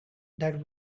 that